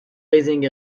raising